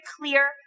clear